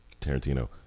Tarantino